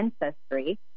ancestry